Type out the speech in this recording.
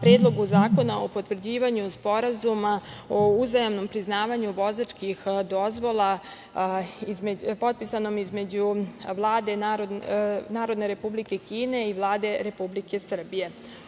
Predlogu zakona o potvrđivanju Sporazuma o uzajamnom priznavanju vozačkih dozvola, a potpisanom između Vlade Narodne Republike Kine i Vlade Republike Srbije.